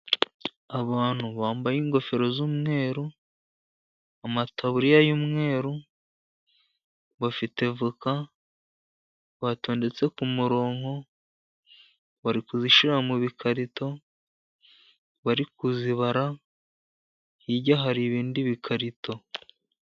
Abantu bambaye ingofero z'umweru, amataburiya y'umweru, bafite avoka batondetse ku murongo bari kuzishyira mu bikarito, bari kuzibara. Hirya hari ibindi bikarito.